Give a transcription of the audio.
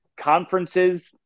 conferences